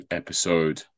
episode